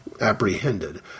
apprehended